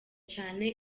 cyane